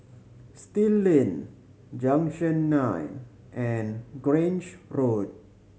Still Lane Junction Nine and Grange Road